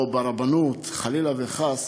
או ברבנות, חלילה וחס,